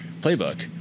playbook